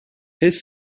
his